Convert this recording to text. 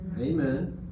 Amen